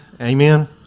amen